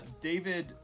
David